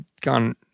gone